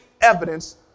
evidence